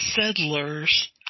settlers